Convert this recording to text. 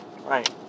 right